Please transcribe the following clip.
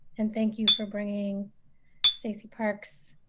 and thank you for bringing stacey park's